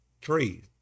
trees